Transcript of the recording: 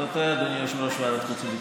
אתה טועה, אדוני יושב-ראש ועדת החוץ והביטחון.